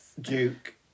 Duke